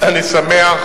והמשרד